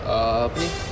ah apa ni